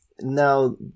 now